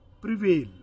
prevail